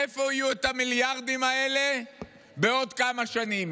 מאיפה יהיו המיליארדים האלה בעוד כמה שנים?